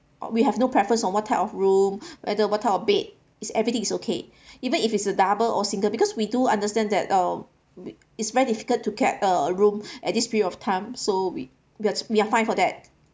we have no preference on what type of room whether what type of bed is everything is okay even if it's a double or single because we do understand that um it's very difficult to get a room at this period of time so we we are we are fine for that